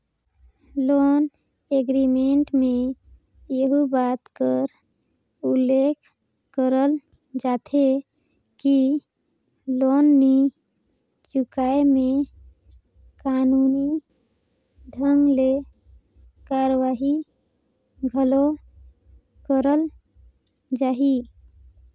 loan agreement में एहू बात कर उल्लेख करल जाथे कि लोन नी चुकाय में कानूनी ढंग ले कारवाही घलो करल जाही